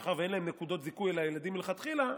מאחר שאין להם נקודות זיכוי לילדים מלכתחילה,